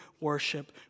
worship